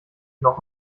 noch